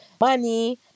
money